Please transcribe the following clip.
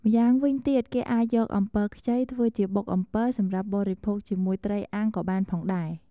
ម្យ៉ាងវិញទៀត គេអាចយកអំពិលខ្ចីធ្វើជាបុកអំពិលសម្រាប់បរិភោគជាមួយត្រីអាំងក៏បានផងដែរ។